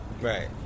Right